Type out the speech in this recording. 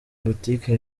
boutique